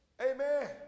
Amen